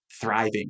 thriving